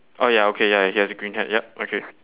oh ya okay ya he has a green hat yup okay